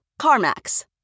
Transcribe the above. CarMax